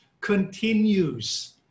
continues